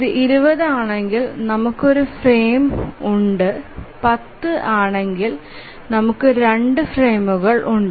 ഇത് 20 ആണെങ്കിൽ നമുക്ക് ഒരു ഫ്രെയിം ഉണ്ട് 10 ആണെങ്കിൽ നമുക്ക് 2 ഫ്രെയിമുകൾ ഉണ്ട്